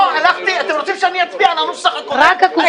אתם רוצים שאני אצביע על הנוסח הקודם?